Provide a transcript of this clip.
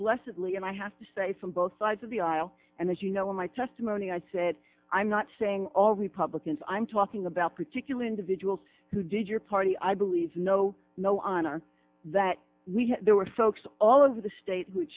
blessedly and i have to say from both sides of the aisle and as you know in my testimony i said i'm not saying all republicans i'm talking about particular individuals who did your party i believe no no honor that we had there were folks all over the state wh